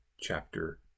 chapter